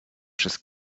przez